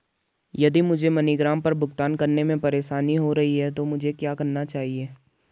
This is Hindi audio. यदि मुझे मनीग्राम पर भुगतान करने में परेशानी हो रही है तो मुझे क्या करना चाहिए?